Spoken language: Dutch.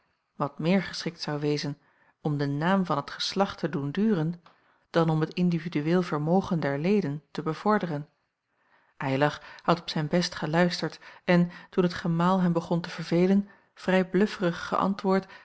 wat meer geschikt zou wezen om den naam van het geslacht te doen duren dan om het individueel vermogen der leden te bevorderen eylar had op zijn best geluisterd en toen het gemaal hem begon te verveelen vrij blufferig geäntwoord